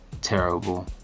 terrible